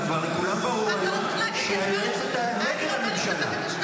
זה כבר ברור לכולם היום שהיועצת נגד הממשלה.